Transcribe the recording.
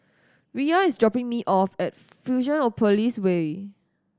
Riya is dropping me off at Fusionopolis Way